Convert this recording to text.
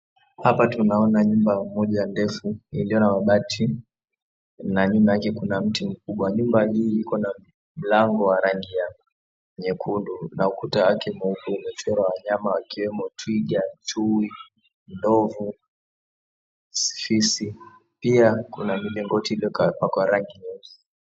Hapa tunaona nyumba moja ndefu iliyo na mabati na nyuma yake kuna mti mkubwa. Nyumba hii iko na mlango wa rangi ya nyekundu na ukuta wake mweupe umechorwa wanyama wakiwemo twiga, chui, ndovu, fisi. Pia kuna milingoti iliyopakwa rangi nyeusi.